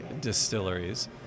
distilleries